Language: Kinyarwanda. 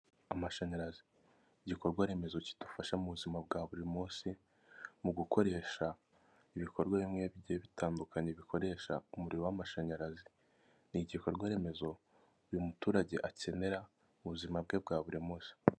Amashanyarazi, igikorwa remezo kidufasha mu buzima bwa buri munsi mu gukoresha ibikorwa bimwe bigiye bitandukanye bikoresha umuriro w'amashanyarazi. Ni ibikorwa remezo buri muturage akenera mu buzima bwe bwa buri munsi.